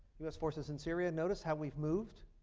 us forces in syria. notice how we've moved?